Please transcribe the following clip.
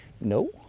No